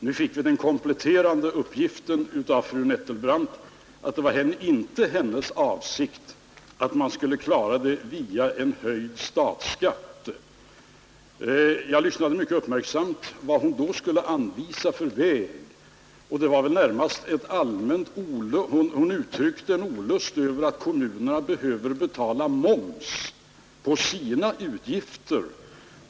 Nu fick vi den kompletterande uppgiften av fru Nettelbrandt att det inte var hennes avsikt att man skulle klara detta via en höjd statsskatt. Jag lyssnade mycket uppmärksamt efter vad hon då skulle anvisa för väg. Hon uttryckte olust över att kommunerna måste betala moms på sina utgifter.